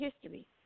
history